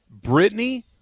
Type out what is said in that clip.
Britney